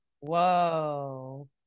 whoa